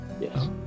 Yes